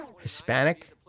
hispanic